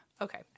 Okay